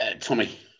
Tommy